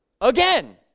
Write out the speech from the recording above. again